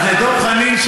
אז לדב חנין,